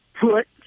put